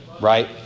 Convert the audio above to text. Right